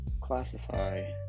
classify